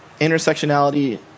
intersectionality